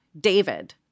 David